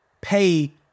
pay